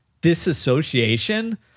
disassociation